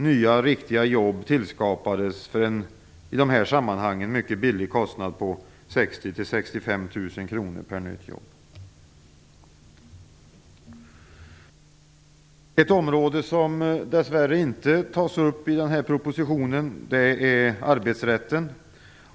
Nya riktiga jobb skapades till en i de här sammanhangen mycket billig kostnad av 60 000 - Ett område som dess värre inte tas upp i propositionen är arbetsrätten.